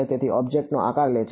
તેથી ઑબ્જેક્ટનો આકાર લે છે